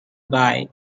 bike